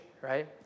right